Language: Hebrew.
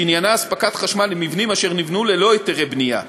שעניינה אספקת חשמל למבנים אשר נבנו ללא היתרי בנייה.